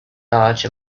large